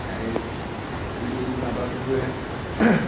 आरो बै माबाखौबो